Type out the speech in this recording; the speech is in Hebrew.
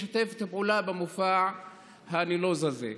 משתפת פעולה במופע הנלוז הזה.